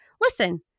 Listen